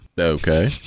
Okay